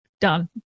Done